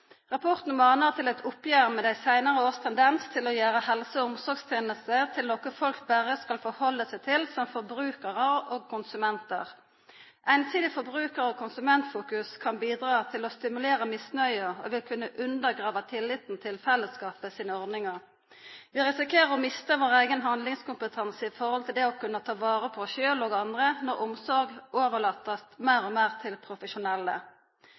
Rapporten manar til eit oppgjer med dei seinare åras tendensar til å gjera helse- og omsorgstenester til noko folk berre skal halda seg til som forbrukarar og konsumentar. Einsidig forbrukar- og konsumentfokus kan bidra til å stimulera misnøye og vil kunna undergrava tilliten til fellesskapet sine ordningar. Vi risikerer òg å mista vår eigen handlingskompetanse i forhold til det å kunna ta vare på oss sjølve og andre, når ein overlet omsorg meir og meir til profesjonelle.